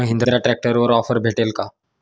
महिंद्रा ट्रॅक्टरवर ऑफर भेटेल का?